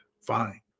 fine